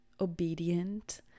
obedient